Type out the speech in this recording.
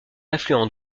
affluent